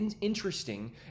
interesting